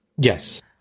yes